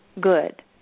good